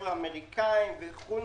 חבר'ה אמריקאים באוטובוסים.